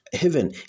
heaven